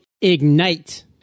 IGNITE